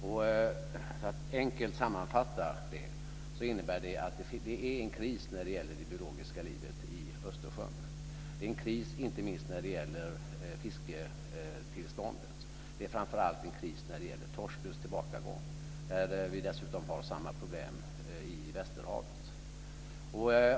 För att göra en enkel sammanfattning befinner sig det biologiska livet i Östersjön i en kris. Det är en kris inte minst för fiskebeståndet och framför allt när det gäller torskbeståndets tillbakagång, och problemet är detsamma i västerhavet.